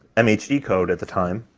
mhd code at the time,